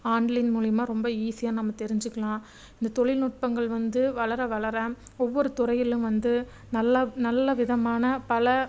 online மூலியமாக ரொம்ப ஈஸியாக நம்ம தெரிஞ்சுக்கலாம் இந்த தொழில்நுட்பங்கள் வந்து வளர வளர ஒவ்வொரு துறையிலும் வந்து நல்லா நல்ல விதமான பல